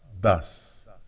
Thus